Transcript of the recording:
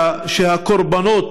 שהקורבנות